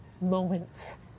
moments